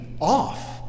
off